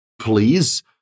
please